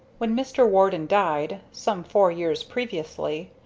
when mr. warden died, some four years previously,